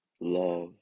love